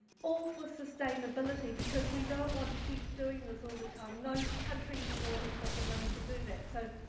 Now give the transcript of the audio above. all for sustainability because we don't want to keep doing this all the time. no country anymore has got the money to do that. so,